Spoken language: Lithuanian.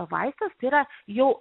vaistas tai yra jau